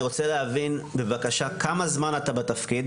אני רוצה להבין, בבקשה, כמה זמן אתה בתפקיד?